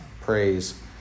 praise